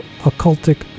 Occultic